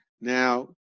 Now